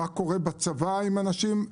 מה קורה בצבא עם נשים,